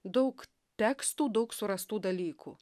daug tekstų daug surastų dalykų